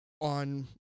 on